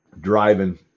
driving